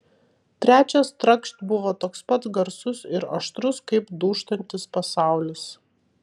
trečias trakšt buvo toks pat garsus ir aštrus kaip dūžtantis pasaulis